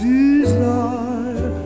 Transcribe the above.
desire